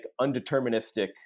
undeterministic